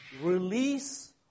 release